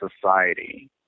society